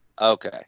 Okay